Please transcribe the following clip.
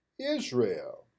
Israel